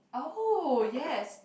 oh yes